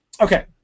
Okay